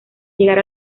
llegar